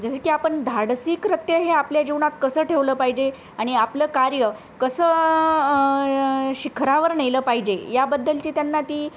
जसं की आपण धाडसी कृत्य हे आपल्या जीवनात कसं ठेवलं पाहिजे आणि आपलं कार्य कसं शिखरावर नेलं पाहिजे याबद्दलची त्यांना ती